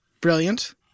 Brilliant